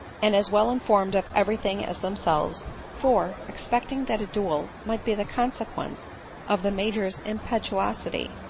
and as well informed of every thing as themselves for, expecting that a duel might be the consequence of the major's impetuosity,